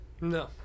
No